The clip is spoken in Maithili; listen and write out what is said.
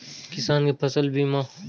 किसान कै फसल बीमा?